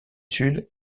sud